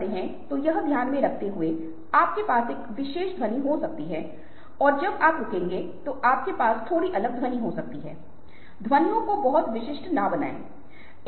लेकिन एक आदान प्रदान या एक लेन देन कुछ उपहार या पुरस्कार भी हो इसे कैसे साझा करें क्या साझा करें इन साझाकरणों के क्या निहितार्थ हैं क्योंकि यह बहुत ही रोमांचक और दिलचस्प चीजें होती हैं